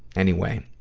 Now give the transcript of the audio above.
anyway,